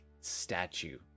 statue